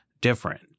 different